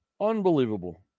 Unbelievable